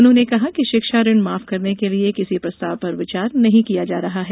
उन्होंने कहा कि शिक्षा ऋण माफ करने के किसी प्रस्ताव पर विचार नहीं किया जा रहा है